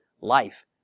life